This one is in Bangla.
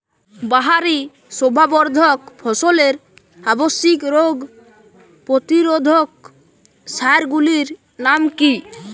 বাহারী শোভাবর্ধক ফসলের আবশ্যিক রোগ প্রতিরোধক সার গুলির নাম কি কি?